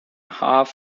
half